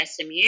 SMU